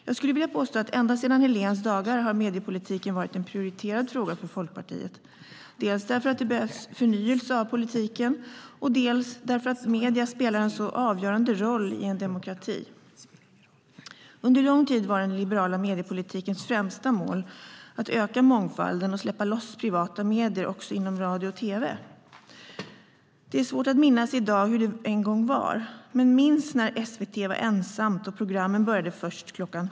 Jag skulle vilja påstå att ända sedan Heléns dagar har mediepolitiken varit en prioriterad fråga för Folkpartiet, dels därför att det behövs förnyelse av politiken, dels därför att medier spelar en så avgörande roll i en demokrati. Under lång tid var den liberala mediepolitikens främsta mål att öka mångfalden och släppa loss privata medier också inom radio och tv. Det är svårt att minnas i dag hur det en gång var. Men minns när SVT var ensamt och programmen började först kl.